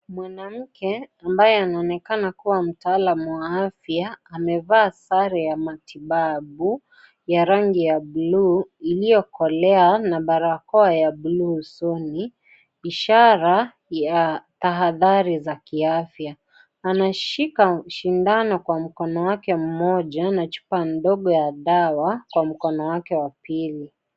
Mwanamke ambaye anaonekana kuwa mtaalam wa afya amevaa sare ya matibabu ya rangi ya blue iliyokolea na barakoa ya blue usoni, ishara ya tahadhari ya kiafya. Anashika sindano kwa mkono wake mmoja na chupa ndogo ya dawa kwa mkono wake wa pili.